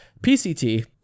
PCT